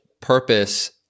purpose